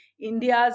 India's